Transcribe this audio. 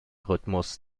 rhythmus